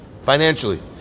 financially